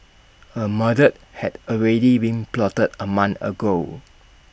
A murder had already been plotted A month ago